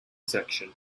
section